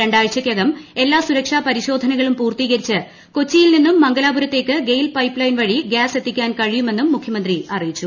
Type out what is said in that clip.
രണ്ടാഴ്ചയ്ക്കകം എല്ലാ സുരക്ഷാപരിശോധനകളും പൂർത്തീകരിച്ച് കൊച്ചിയിൽ നിന്നും മഹ്നലാപുരത്തേക്ക് ഗെയിൽ പൈപ്പ് ലൈൻ വഴി ഗ്യാസ് എത്തിക്കാൻ കൃഴിയുമെന്നും മുഖ്യമന്ത്രി അറിയിച്ചു